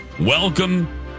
Welcome